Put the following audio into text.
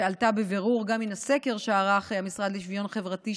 שעלתה בבירור גם מן הסקר שערך המשרד לשוויון חברתי,